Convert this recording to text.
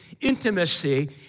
intimacy